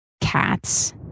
Cats